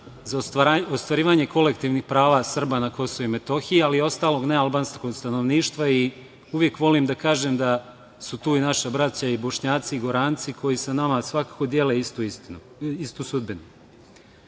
za ostvarivanje kolektivnih prava Srba na KiM, ali i ostalog nealbanskog stanovništva. Uvek volim da kažem da su tu i naša braća bošnjaci i goranci koji sa nama svakako dele istu sudbinu. Ono